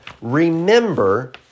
Remember